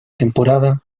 temporada